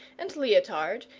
and leotard,